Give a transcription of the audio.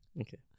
Okay